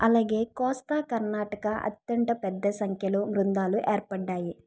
అలాగే కోస్తా కర్ణాటక అత్యంత పెద్ద సంఖ్యలో బృందాలు ఏర్పడ్డాయి